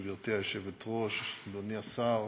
גברתי היושבת-ראש, אדוני השר,